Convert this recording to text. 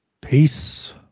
Peace